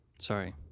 Sorry